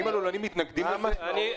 האם הלולנים מתנגדים למה שאתה אומר?